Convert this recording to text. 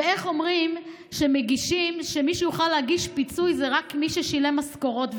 ואיך אומרים שמי שיוכל להגיש בקשה לפיצוי זה רק מי ששילם משכורות?